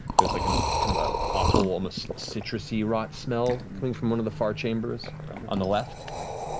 there's like an kind of ah awful, almost citrusy rot smell coming from one of the far chambers on the left.